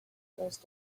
first